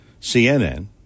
CNN